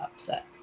upset